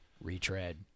retread